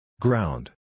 Ground